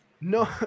no